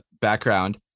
background